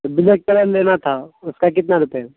تو black colour لینا تھا اس کا کتنا روپئے